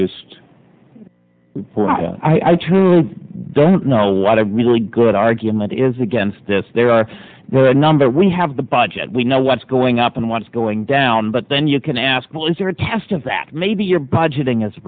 just i too don't know a lot of really good argument is against this there are were a number we have the budget we know what's going up and what's going down but then you can ask well is there a test of that maybe your budgeting is